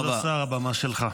כבוד השר, הבמה שלך.